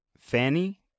Fanny